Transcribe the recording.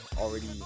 already